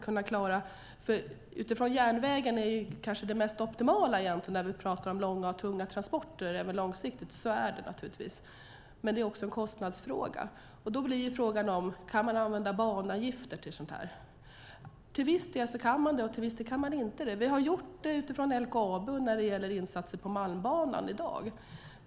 För järnvägen är naturligtvis detta egentligen det mest optimala när vi pratar om långa och tunga transporter, även långsiktigt. Men det är också en kostnadsfråga. Då blir frågan: Kan man använda banavgifter till sådant här? Till viss del kan man det, till viss del inte. Vi har gjort det utifrån LKAB när det gäller insatser på Malmbanan i dag.